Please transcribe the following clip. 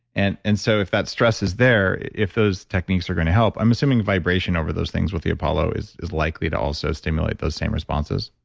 and and so if that stress is there, if those techniques are going to help, i'm assuming vibration over those things with the apollo is is likely to also stimulate those same responses